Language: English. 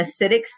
acidic